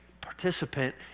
participant